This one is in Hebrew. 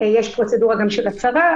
יש פרוצדורה גם של הצבא,